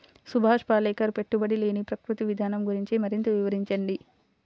సుభాష్ పాలేకర్ పెట్టుబడి లేని ప్రకృతి విధానం గురించి మరింత వివరించండి